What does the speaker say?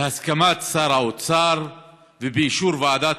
בהסכמת שר האוצר ובאישור ועדת